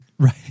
Right